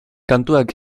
kantuak